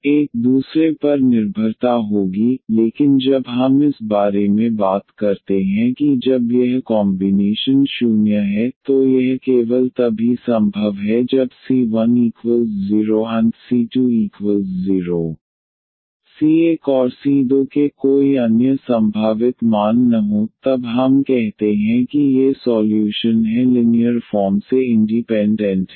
तो एक दूसरे पर निर्भरता होगी लेकिन जब हम इस बारे में बात करते हैं कि जब यह कॉमबीनेशन 0 है तो यह केवल तभी संभव है जब c10 c20 c1 और c2 के कोई अन्य संभावित मान न हों तब हम कहते हैं कि ये सॉल्यूशन हैं लिनीयर फॉर्म से इंडीपेंडेंट